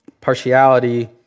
Partiality